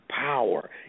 power